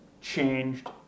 changed